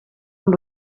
amb